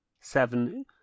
seven